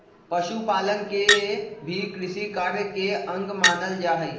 पशुपालन के भी कृषिकार्य के अंग मानल जा हई